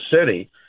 city